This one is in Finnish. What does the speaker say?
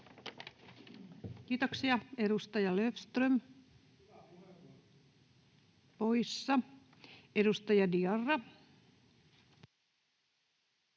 Kiitoksia. — Edustaja Löfström, poissa. — Edustaja Diarra.